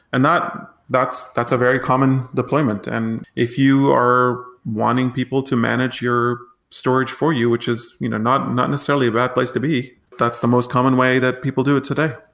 and that's that's a very common deployments. and if you are wanting people to manage your storage for you, which is you know not not necessarily a bad place to be, that's the most common way that people do it today.